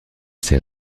ces